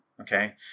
okay